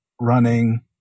running